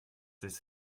ist